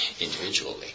individually